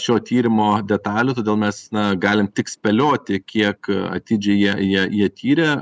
šio tyrimo detalių todėl mes na galim tik spėlioti kiek atidžiai jie jie jie tyrė